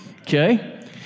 okay